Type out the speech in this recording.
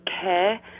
care